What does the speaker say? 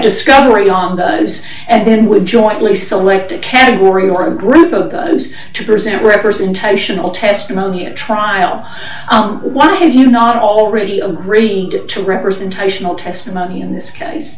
discovery on those and then we jointly select a category or a group whose to present representational testimony at trial why did you not already agree to representational testimony in this case